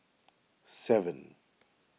seven